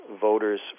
voters